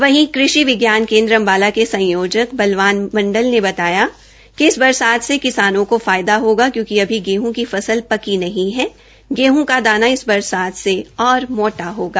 वहीं कृषि विज्ञान केन्द्र अबाला के संयोजन बलवान मंडल ने कहा कि इस बरसात से किसानों को फायदा होगा क्योकिं अभी गेहूं की फसल पकी नहीं है गेहूं का दाना इस बरसात से और मोटा होगा